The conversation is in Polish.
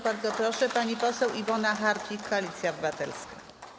Bardzo proszę, pani poseł Iwona Hartwich, Koalicja Obywatelska.